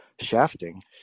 shafting